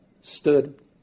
stood